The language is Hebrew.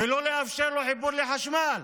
ולא לאפשר לו חיבור לחשמל?